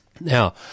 Now